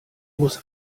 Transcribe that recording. muss